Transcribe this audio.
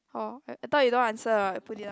oh I I thought you don't answer I put it on